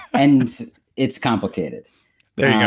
and it's complicated there yeah